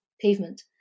pavement